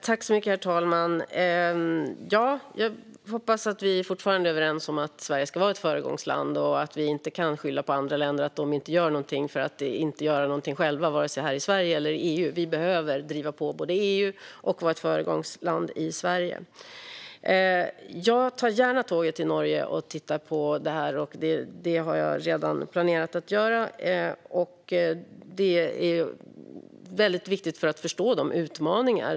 Herr talman! Jag hoppas att vi fortfarande är överens om att Sverige ska vara ett föregångsland och att vi inte kan använda anklagelser om att andra länder inte gör någonting som en förevändning för att inte göra någonting själva här i Sverige eller i EU. Vi behöver både driva på i EU och vara ett föregångsland själva. Jag tar gärna tåget till Norge för att titta på det här. Det har jag redan planerat att göra. Det är väldigt viktigt för att förstå utmaningarna.